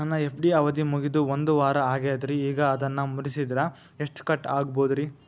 ನನ್ನ ಎಫ್.ಡಿ ಅವಧಿ ಮುಗಿದು ಒಂದವಾರ ಆಗೇದ್ರಿ ಈಗ ಅದನ್ನ ಮುರಿಸಿದ್ರ ಎಷ್ಟ ಕಟ್ ಆಗ್ಬೋದ್ರಿ?